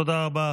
תודה רבה.